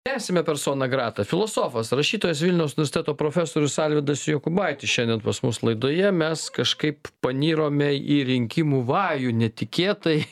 tęsiame persona grata filosofas rašytojas vilniaus universiteto profesorius alvydas jokubaitis šiandien pas mus laidoje mes kažkaip panirome į rinkimų vajų netikėtai